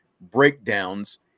breakdowns